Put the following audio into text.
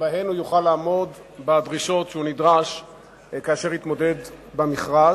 שבהן הוא יוכל לעמוד בדרישות שהוא נדרש למלא כאשר התמודד במכרז,